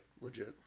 legit